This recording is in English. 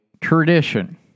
tradition